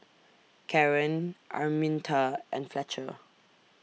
Karen Arminta and Fletcher